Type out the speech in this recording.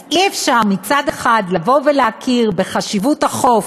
אז אי-אפשר מצד אחד לבוא ולהכיר בחשיבות החוף,